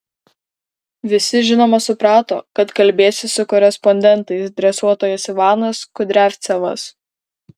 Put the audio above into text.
visi žinoma suprato kad kalbėsis su korespondentais dresuotojas ivanas kudriavcevas